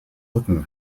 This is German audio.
rücken